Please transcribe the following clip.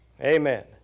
Amen